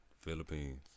Philippines